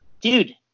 Dude